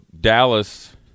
Dallas